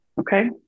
Okay